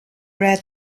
read